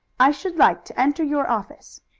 i should like to enter your office.